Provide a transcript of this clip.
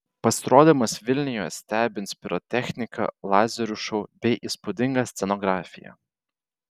pasirodymas vilniuje stebins pirotechnika lazerių šou bei įspūdinga scenografija